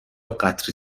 قطره